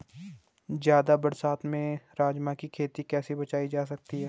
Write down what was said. ज़्यादा बरसात से राजमा की खेती कैसी बचायी जा सकती है?